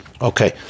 Okay